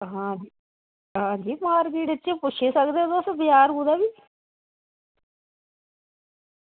आं जी रेट तुस पुच्छी सकदे बाजार च कुदै बी